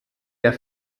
der